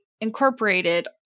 incorporated